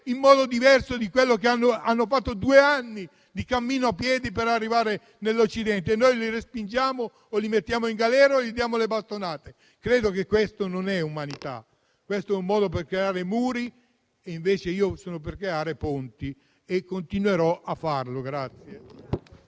in modo diverso, ed hanno fatto due anni di cammino a piedi per arrivare nell'Occidente, ma noi li respingiamo, li mettiamo in galera o gli diamo le bastonate. Credo che questa non sia umanità, ma un modo per creare muri. Io invece sono per creare ponti e continuerò a farlo.